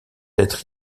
être